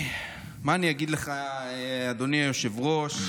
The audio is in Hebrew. מה אני אגיד לך, אדוני היושב-ראש,